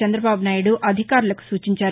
చందబాబునాయుడు అధికారులకు సూచించారు